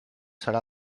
serà